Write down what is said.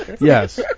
Yes